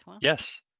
Yes